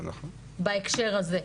בהקשר הזה.